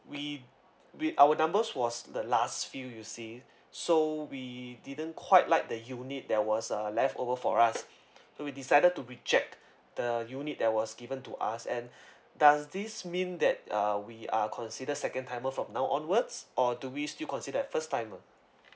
we we our numbers was the last few you see so we didn't quite like the unit there was uh left over for us so we decided to reject the unit that was given to us and does this mean that uh we are considered second timer from now onwards or do we still considered as first timer